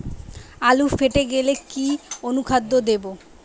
আলু ফেটে গেলে কি অনুখাদ্য দেবো?